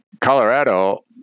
Colorado